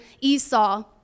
Esau